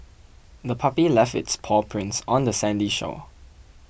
the puppy left its paw prints on the sandy shore